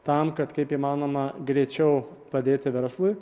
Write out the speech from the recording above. tam kad kaip įmanoma greičiau padėti verslui